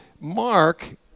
Mark